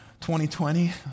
2020